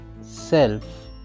self